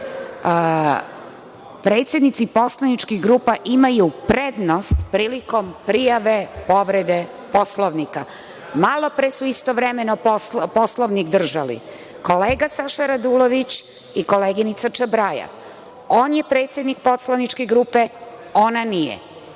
Predsednici poslaničkih grupa imaju prednost prilikom prijave povrede Poslovnika. Malo pre su istovremeno Poslovnik držali kolega Saša Radulović i koleginica Čabraja. On je predsednik poslaničke grupe, ona nije.